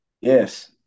Yes